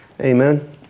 Amen